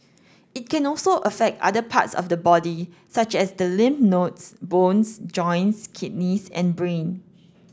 it can also affect other parts of the body such as the lymph nodes bones joints kidneys and brain